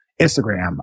Instagram